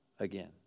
again